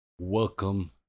Welcome